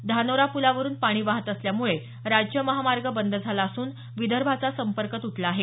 धानोरा पुलावरून पाणी वाहत असल्यामुळे राज्य महामार्ग बंद झाला असून विदर्भाचा संपर्क तुटला आहे